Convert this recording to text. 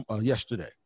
yesterday